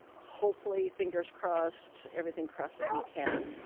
hopefully, fingers crossed, everything crossed, that we can.